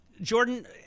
Jordan